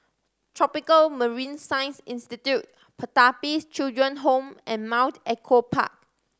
Tropical Marine Science Institute Pertapis Children Home and Mount Echo Park